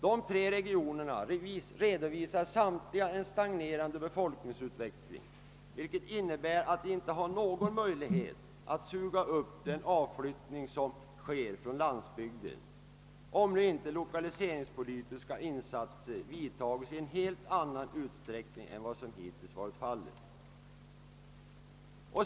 Dessa tre regioner redovisar samtliga en stagnerande befolkningsutveckling, vilket innebär att de inte har någon möjlighet att suga upp den avflyttning som sker från landsbygden, om inte lokaliseringspolitiska insatser vidtas i en helt annan utsträckning än som hittills varit fallet.